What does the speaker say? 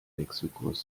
wechselkurs